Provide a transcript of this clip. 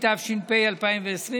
התש"ף 2020,